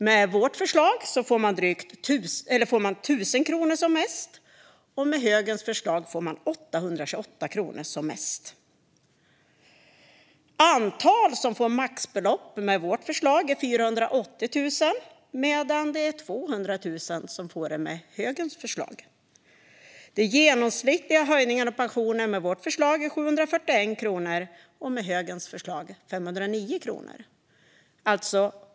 Med vårt förslag får man 1 000 kronor som mest. Med högerns förslag får man som mest 828 kronor. Antalet som får maxbelopp med vårt förslag är 480 000, medan det är 200 000 som får det med högerns förslag. Den genomsnittliga höjningen av pensionen med vårt förslag är 741 kronor. Med högerns förslag är det 509 kronor.